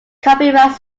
copyright